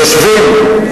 יושבים,